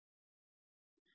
ddt0